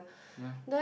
ya